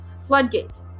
floodgate